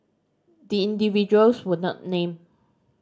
the individuals were not named